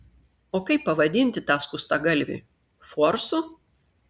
o kaip pavadinti tą skustagalvį forsu